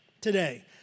today